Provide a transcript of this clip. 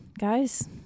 guys